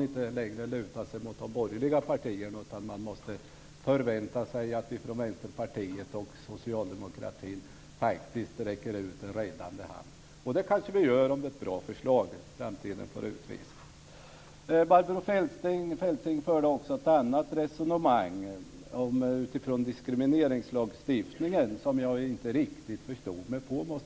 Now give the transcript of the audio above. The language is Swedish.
inte längre luta sig mot de borgerliga partierna, utan måste förvänta sig att vi från Vänsterpartiet och Socialdemokraterna faktiskt räcker ut en räddande hand. Det kanske vi gör om det är ett bra förslag. Det får framtiden utvisa. Barbro Feltzing förde också ett annat resonemang utifrån diskrimineringslagstiftningen som jag inte riktigt förstod mig på.